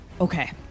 Okay